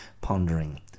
pondering